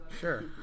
sure